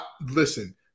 Listen